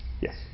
Yes